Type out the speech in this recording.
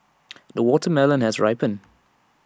the watermelon has ripened